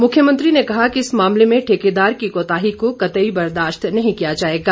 उन्होंने कहा कि इस मामले में ठेकेदार की कोताही को कतई बर्दाश्त नहीं किया जाएगा